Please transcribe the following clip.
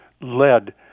led